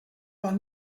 par